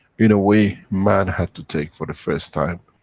in a way, man had to take for the first time,